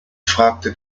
fragte